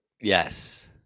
Yes